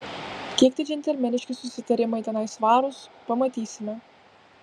kiek tie džentelmeniški susitarimai tenai svarūs pamatysime